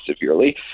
severely